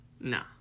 Nah